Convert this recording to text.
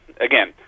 again